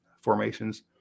formations